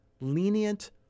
lenient